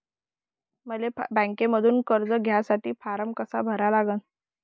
मले बँकेमंधून कर्ज घ्यासाठी फारम कसा भरा लागन?